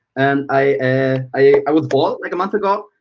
and i ah i was bald like a month ago,